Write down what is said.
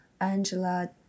Angela